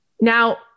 now